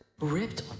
ripped